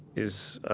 is, ah,